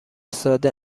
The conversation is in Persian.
ساده